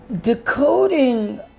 decoding